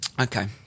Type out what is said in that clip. Okay